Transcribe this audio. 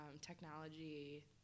technology